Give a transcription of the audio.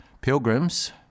pilgrims